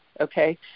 Okay